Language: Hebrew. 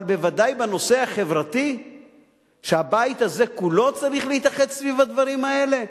אבל בוודאי בנושא החברתי הבית הזה כולו צריך להתאחד סביב הדברים האלה,